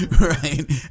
Right